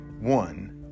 one